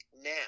now